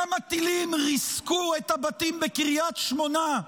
כמה טילים ריסקו את הבתים בקריית שמונה,